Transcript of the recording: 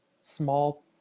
small